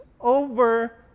over